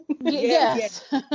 yes